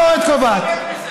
לא אתם קובעים ולא התקשורת קובעת.